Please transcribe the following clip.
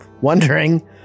wondering